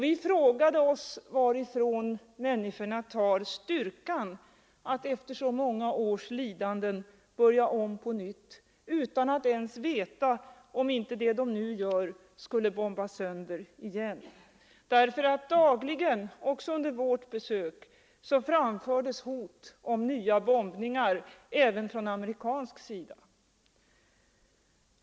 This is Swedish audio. Vi frågade oss varifrån människorna tar styrkan att efter så många års lidanden börja om på nytt utan att ens veta om inte det de nu gör kommer att bombas sönder igen. Dagligen — också under vårt besök — framfördes hot om nya bombningar, även från amerikansk sida.